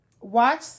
watch